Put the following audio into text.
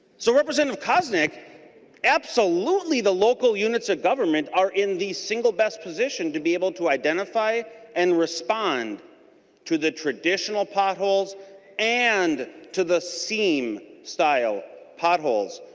so representative koznick absolutely the local units of government are in the single best position to be able to identify and respond to the traditional potholes and to the scene style potholes.